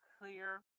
clear